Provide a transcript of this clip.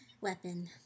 weapon